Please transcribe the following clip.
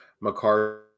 McCarthy